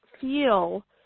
feel